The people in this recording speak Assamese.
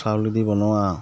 চাউলেদি বনোৱা